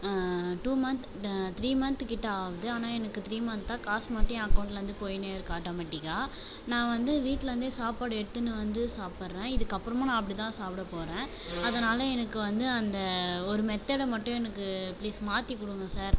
two month three மன்த்துக்கிட்ட ஆகுது ஆனால் எனக்கு த்ரீ மன்த்தாக காசு மட்டும் என் அக்கௌண்ட்லேருந்து போய்ன்னே இருக்கு ஆட்டோமெட்டிக்காக நான் வந்து வீட்டுலேருந்தே சாப்பாடு எடுத்துன்னு வந்து சாப்புடுறேன் இதுக்கு அப்புறமும் நான் அப்படிதான் சாப்பிட போறேன் அதனால் எனக்கு வந்து அந்த ஒரு மெத்தடை மட்டும் எனக்கு ப்ளீஸ் மாற்றிக் கொடுங்க சார்